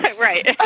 Right